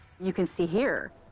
you can see here,